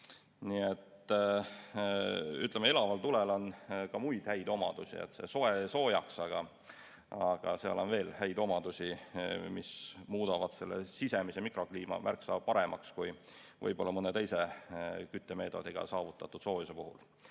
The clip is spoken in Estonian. Ütleme, elaval tulel on ka muid häid omadusi. Soe soojaks, aga seal on veel häid omadusi, mis muudavad sisemise mikrokliima märksa paremaks kui võib-olla mõne teise küttemeetodiga saavutatud soojuse puhul.